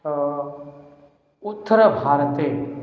उत्तरभारते